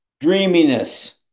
Dreaminess